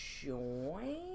join